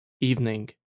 evening